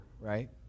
right